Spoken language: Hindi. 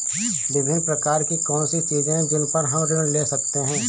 विभिन्न प्रकार की कौन सी चीजें हैं जिन पर हम ऋण ले सकते हैं?